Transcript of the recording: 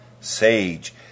sage